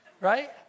right